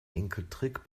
enkeltrick